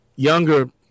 younger